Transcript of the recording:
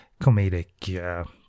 comedic